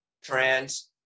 trans